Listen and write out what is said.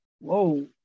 Whoa